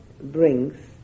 brings